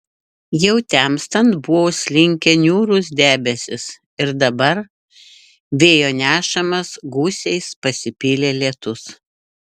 jau temstant buvo užslinkę niūrūs debesys ir dabar vėjo nešamas gūsiais pasipylė lietus